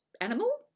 animal